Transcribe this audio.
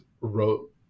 wrote